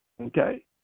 Okay